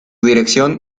dirección